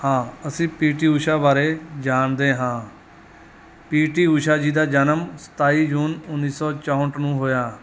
ਹਾਂ ਅਸੀਂ P T Usha ਬਾਰੇ ਜਾਣਦੇ ਹਾਂ ਪੀ ਟੀ ਊਸ਼ਾ ਜੀ ਦਾ ਜਨਮ ਸਤਾਈ ਜੂਨ ਉੱਨੀ ਸੌ ਚੌਂਹਠ ਨੂੰ ਹੋਇਆ